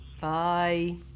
Bye